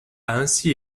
ainsi